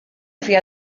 fiha